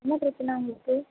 என்ன பிரச்சனை உங்களுக்கு